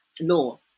law